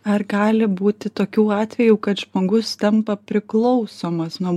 ar gali būti tokių atvejų kad žmogus tampa priklausomas nuo